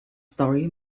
story